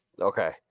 Okay